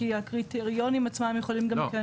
כי הקריטריונים עצמם יכולים גם כן